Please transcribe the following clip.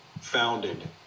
founded